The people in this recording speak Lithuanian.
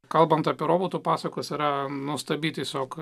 kalbant apie robotų pasakos yra nuostabi tiesiog